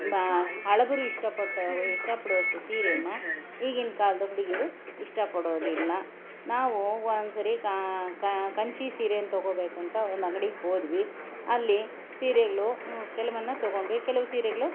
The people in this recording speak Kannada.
ಬಾ ಹಳಬರು ಇಷ್ಟಪಟ್ಟ ವ ಇಷ್ಟಪಡುವಷ್ಟು ಸೀರೆಯನ್ನು ಈಗಿನ ಕಾಲದ ಹುಡುಗೀರು ಇಷ್ಟಪಡೋದಿಲ್ಲ ನಾವು ಒಂದ್ಸರಿ ಕಂಚಿ ಸೀರೆಯನ್ನು ತಗೋಬೇಕು ಅಂತ ಒಂದು ಅಂಗ್ಡಿಗೆ ಹೋದ್ವಿ ಅಲ್ಲಿ ಸೀರೆಗಳು ಕೆಲವನ್ನು ತಗೊಂಡ್ವಿ ಕೆಲವು ಸೀರೆಗಳು